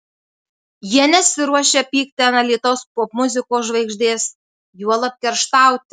jie nesiruošia pykti ant alytaus popmuzikos žvaigždės juolab kerštauti